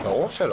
ברור שלא.